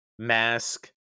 mask